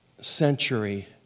century